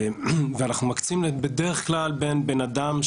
אנחנו מקצים בדרך כלל בין בן אדם,